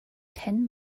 ten